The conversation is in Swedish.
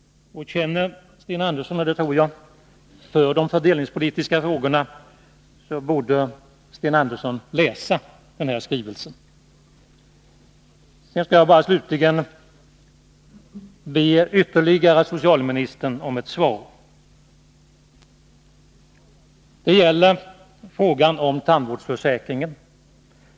Känner Sten Andersson för de fördelningspolitiska frågorna — och det tror jag att han gör — borde han läsa denna skrivelse. Jag skall slutligen be socialministern om ytterligare ett svar. Det gäller tandvårdsförsäkringen.